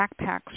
backpacks